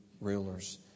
rulers